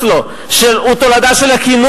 הוא תולדה של הסכם אוסלו,